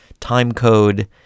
timecode